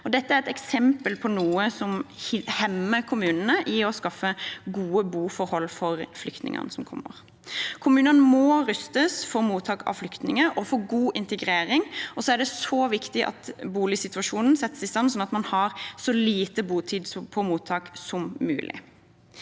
Dette er et eksempel på noe som hemmer kommunene i å skaffe gode boforhold for flyktningene som kommer. Kommunene må rustes for mottak av flyktninger og for god integrering, og det er viktig at boligsituasjonen settes i stand sånn at man har så lite botid på mottak som mulig.